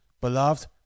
Beloved